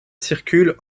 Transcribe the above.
circulent